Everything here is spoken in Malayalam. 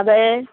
അതേ